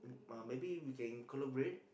m~ uh maybe we can collaborate